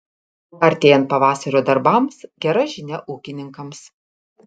artėjant pavasario darbams gera žinia ūkininkams